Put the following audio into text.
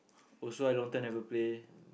also I long time never play